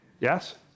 Yes